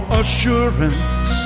assurance